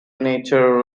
nature